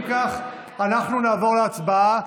אם כך, אנחנו נעבור להצבעה.